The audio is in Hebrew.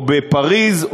או בפריז,